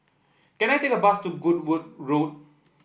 can I take a bus to Goodwood Road